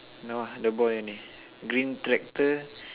no ah the boy only green tractor